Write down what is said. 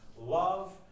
Love